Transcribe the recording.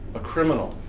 a criminal,